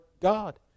God